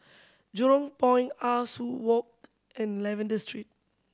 Jurong Point Ah Soo Walk and Lavender Street